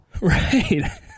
Right